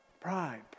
pride